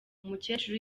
umukecuru